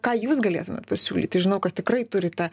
ką jūs galėtumėt pasiūlyti žinau kad tikrai turite